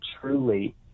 truly